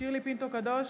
שירלי פינטו קדוש,